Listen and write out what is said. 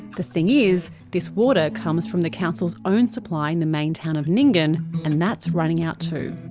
the thing is, this water comes from the council's own supply in the main town of nyngan. and that's running out too.